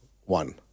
One